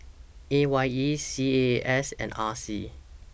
A Y E C A A S and R C